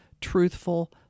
truthful